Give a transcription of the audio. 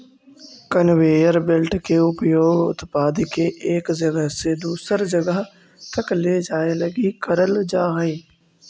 conveyor belt के उपयोग उत्पाद के एक जगह से दूसर जगह तक ले जाए लगी करल जा हई